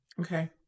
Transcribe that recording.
Okay